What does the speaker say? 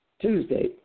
Tuesday